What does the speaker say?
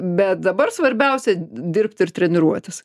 bet dabar svarbiausia dirbt ir treniruotis